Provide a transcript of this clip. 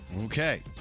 Okay